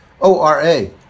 O-R-A